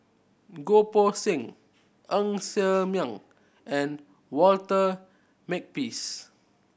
Goh Poh Seng Ng Ser Miang and Walter Makepeace